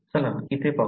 चला इथे पाहू